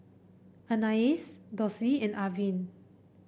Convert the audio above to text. Anais Dossie and Arvin